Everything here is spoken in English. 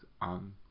on